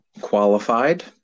qualified